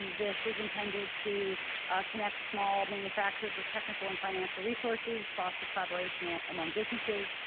this is intended to connect small manufacturers with technical and financial resources, foster collaboration among businesses,